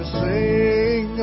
sing